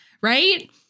right